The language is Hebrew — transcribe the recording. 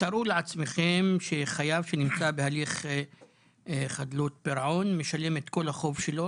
תארו לעצמכם שחייב שנמצא בהליך של חדלות פירעון משלם את כל החוב שלו.